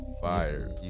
Fire